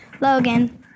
Logan